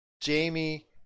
Jamie